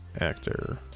actor